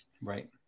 Right